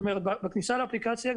כלומר שבכניסה לאפליקציה,